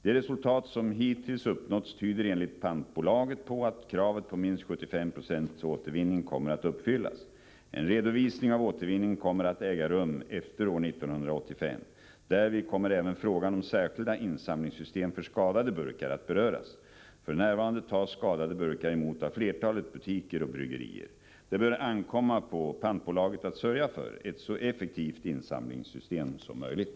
De resultat som hittills uppnåtts tyder enligt pantbolaget på att kravet på minst 75 Jo återvinning kommer att uppfyllas. En redovisning av återvinningen kommer att äga rum efter år 1985. Därvid kommer även frågan om särskilda insamlingssystem för skadade burkar att beröras. F.n. tas skadade burkar emot av flertalet butiker och bryggerier. Det bör ankomma på pantbolaget att sörja för ett så effektivt insamlingssystem som möjligt.